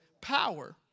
power